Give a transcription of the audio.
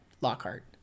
Lockhart